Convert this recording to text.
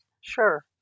Sure